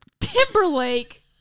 Timberlake